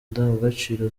ndangagaciro